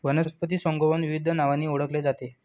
वनस्पती संगोपन विविध नावांनी ओळखले जाते